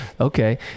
Okay